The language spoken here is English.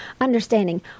understanding